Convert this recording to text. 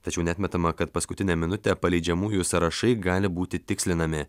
tačiau neatmetama kad paskutinę minutę paleidžiamųjų sąrašai gali būti tikslinami